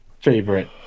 favorite